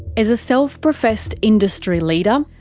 as a self-professed industry leader,